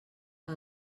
que